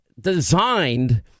designed